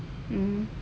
mm